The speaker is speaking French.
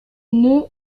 nœuds